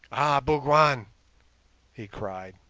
ah, bougwan he cried,